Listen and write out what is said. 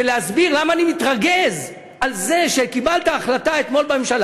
ולהסביר למה אני מתרגז על זה שקיבלת החלטה אתמול בממשלה,